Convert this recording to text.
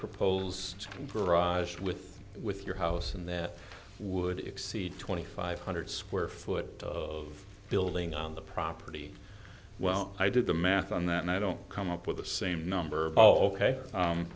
temporized with with your house and that would exceed twenty five hundred square foot of building on the property well i did the math on that and i don't come up with the same number of o